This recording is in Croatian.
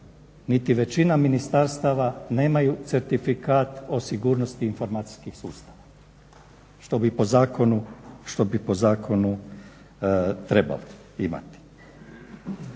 niti većina ministarstava nemaju Certifikat o sigurnosti informacijskih sustava što bi po zakonu trebali imati.